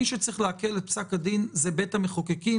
מי שצריך לעכל את פסק הדין זה בית המחוקקים,